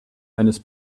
eines